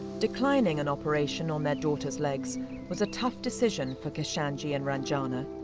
declining an operation on their daughter's legs was a tough decision for kishanji and ranjana.